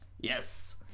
Yes